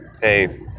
hey